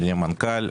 אדוני המנכ"ל.